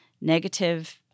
negative